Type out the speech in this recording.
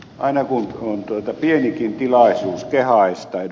aina kun on pienikin tilaisuus kehaista ed